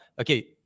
Okay